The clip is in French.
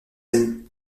amis